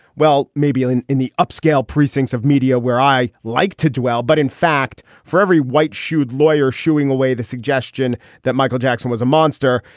well maybe in in the upscale precincts of media where i like to dwell but in fact for every white shrewd lawyer shooing away the suggestion that michael jackson was a monster.